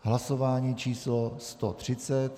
Hlasování číslo 130.